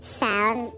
sound